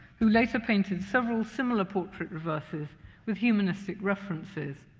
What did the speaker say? who later painted several similar portrait reverses with humanistic references.